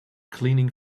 cleaning